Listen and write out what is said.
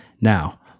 Now